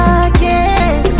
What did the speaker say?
again